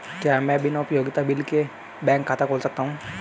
क्या मैं बिना उपयोगिता बिल के बैंक खाता खोल सकता हूँ?